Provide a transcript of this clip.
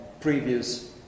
previous